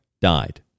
died